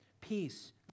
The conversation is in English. Peace